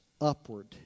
upward